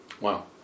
Wow